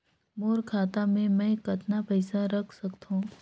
मोर खाता मे मै कतना पइसा रख सख्तो?